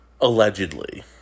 Allegedly